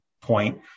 point